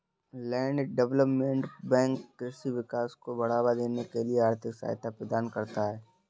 land development bank कृषि विकास को बढ़ावा देने के लिए आर्थिक सहायता प्रदान करता है